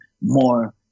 more